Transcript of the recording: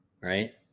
right